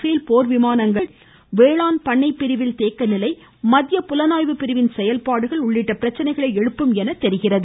பேல் போர் விமானங்கள் வேளாண் பண்ணைப் பிரிவில் தேக்க நிலை மத்திய புலனாய்வு பிரிவின் செயல்பாடு உள்ளிட்ட பிரச்சனைகளை எழுப்பும் எனத்தெரிகிறது